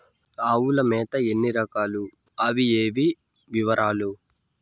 ఆవుల మేత ఎన్ని రకాలు? అవి ఏవి? వివరాలు?